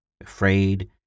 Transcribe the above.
afraid